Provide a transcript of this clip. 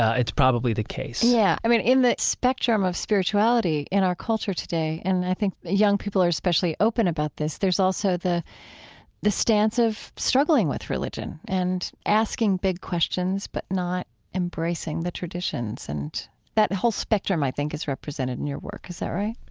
it's probably the case yeah. i mean, in the spectrum of spirituality in our culture today, and think young people are especially open about this, there's also the the stance of struggling with religion and asking big questions, but not embracing the traditions. and that whole spectrum, i think, is represented in your work. is that right?